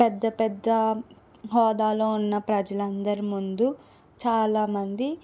పెద్ద పెద్ద హోదాలో ఉన్న ప్రజలు అందరి ముందు చాలా మంది